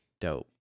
dope